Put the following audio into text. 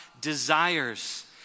desires